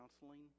counseling